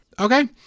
Okay